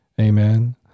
Amen